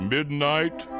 Midnight